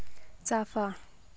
चाफा